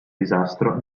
disastro